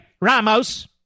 Ramos